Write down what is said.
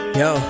yo